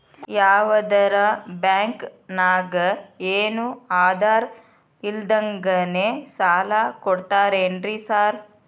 ಯಾವದರಾ ಬ್ಯಾಂಕ್ ನಾಗ ಏನು ಆಧಾರ್ ಇಲ್ದಂಗನೆ ಸಾಲ ಕೊಡ್ತಾರೆನ್ರಿ ಸಾರ್?